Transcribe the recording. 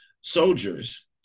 soldiers